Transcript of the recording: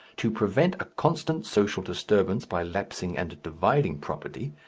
to prevent a constant social disturbance by lapsing and dividing property,